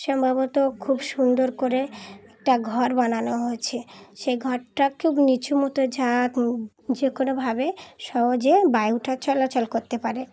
সম্ভবত খুব সুন্দর করে একটা ঘর বানানো হয়েছে সেই ঘরটা খুব নিচু মতো যাক যে কোনোভাবে সহজে বায়ু চলাচল করতে পারে